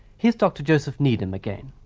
here is dr joseph needham again.